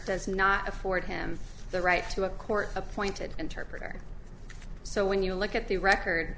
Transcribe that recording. does not afford him the right to a court appointed interpreter so when you look at the record